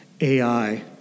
AI